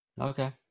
Okay